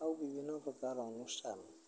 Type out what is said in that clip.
ବିଭିନ୍ନ ପ୍ରକାର ଅନୁଷ୍ଠାନ